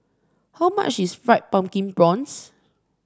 how much is Fried Pumpkin Prawns